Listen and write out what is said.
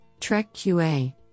TrekQA